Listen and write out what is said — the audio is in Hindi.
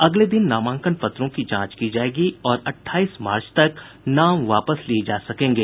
अगले दिन नामांकन पत्रों की जांच की जाएगी और अठाईस मार्च तक नाम वापस लिए जा सकेंगे